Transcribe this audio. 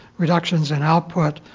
reductions in output,